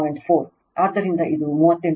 4 ಆದ್ದರಿಂದ ಇದು 38